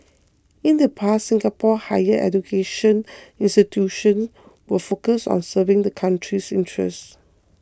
in the past Singapore's higher education institutions were focused on serving the country's interests